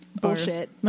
Bullshit